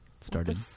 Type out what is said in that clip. started